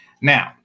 Now